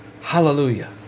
Hallelujah